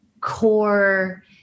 core